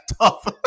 tough